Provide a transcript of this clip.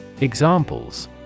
Examples